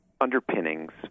underpinnings